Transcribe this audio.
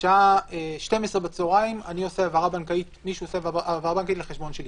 ובשעה 12:00 מישהו עושה העברה בנקאית לחשבון שלי